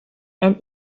and